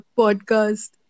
podcast